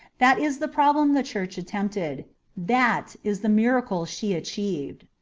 that is the problem the church attempted that is the miracle she achieved.